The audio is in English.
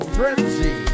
Frenzy